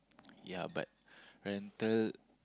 ya but rental